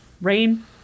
rain